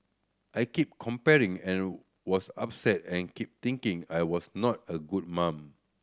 I kept comparing and was upset and kept thinking I was not a good mum